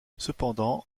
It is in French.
cependant